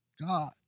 God